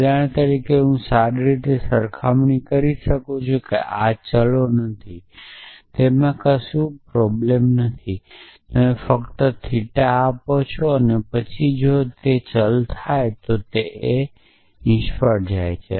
ઉદાહરણ તરીકે હું સારી રીતે સરખામણી કરું છું આ ચલો નથી તે વાંધો નથી કે તે સમાન ચલો છે પછી તમે ફક્ત થિટા પાછા ફરો પછી જો ચલ થાય તો વળતર નિષ્ફળ જાય છે